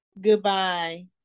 Goodbye